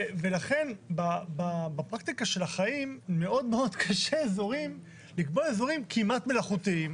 ולכן בפרקטיקה של החיים מאוד קשה לקבוע אזורים כמעט מלאכותיים.